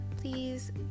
please